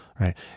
right